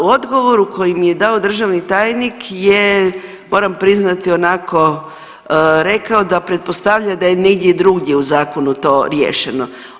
U odgovoru koju mi je dao državni tajnik je moram priznati onako rekao da pretpostavlja da je negdje drugdje u zakonu to riješeno.